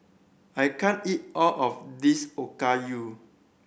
I can't eat all of this Okayu